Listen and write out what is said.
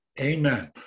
Amen